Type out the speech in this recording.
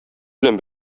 белән